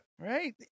Right